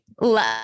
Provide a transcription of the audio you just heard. love